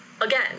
again